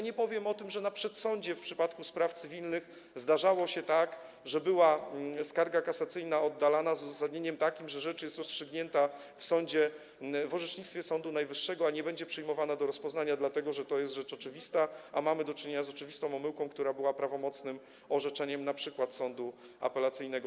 Nie powiem już o tym, że na przedsądzie w przypadku spraw cywilnych zdarzało się tak, że skarga kasacyjna była oddalana z takim uzasadnieniem, że rzecz jest rozstrzygnięta w orzecznictwie Sądu Najwyższego, a nie będzie przyjmowana do rozpoznania, dlatego że to jest rzecz oczywista, a mamy do czynienia z oczywistą omyłką, która była prawomocnym orzeczeniem np. sądu apelacyjnego.